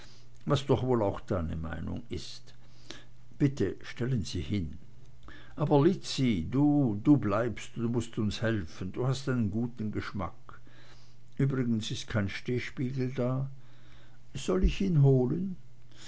was doch wohl auch deine meinung ist bitte stellen sie hin aber lizzi du du bleibst und mußt uns helfen du hast einen guten geschmack übrigens ist kein stehspiegel da soll ich ihn holen